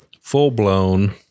Full-blown